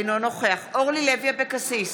אינו נוכח אורלי לוי אבקסיס,